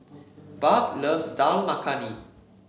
Barb loves Dal Makhani